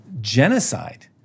genocide